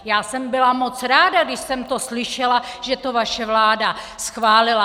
Já jsem byla moc ráda, když jsem to slyšela, že to vaše vláda schválila.